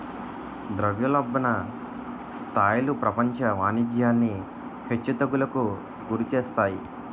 ద్రవ్యోల్బణ స్థాయిలు ప్రపంచ వాణిజ్యాన్ని హెచ్చు తగ్గులకు గురిచేస్తాయి